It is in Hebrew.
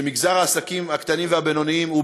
שמגזר העסקים הקטנים והבינוניים הוא